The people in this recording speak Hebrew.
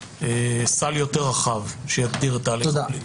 סל יותר רחב שיגדיר את ההליך הפלילי.